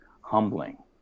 humbling